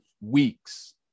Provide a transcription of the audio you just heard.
weeks